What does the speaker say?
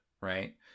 right